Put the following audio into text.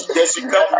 Jessica